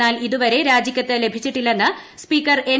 എന്നാൽ ഇതുവരെ രാജിക്കത്ത് ലഭിച്ചിട്ടില്ലെന്ന് സ്പീക്കർ എൻ